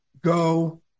go